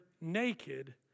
naked